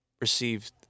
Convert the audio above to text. received